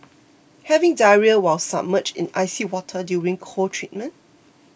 having diarrhoea while submerged in icy water during cold treatment